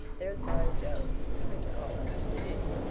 there's mary joe coming to call us to tea.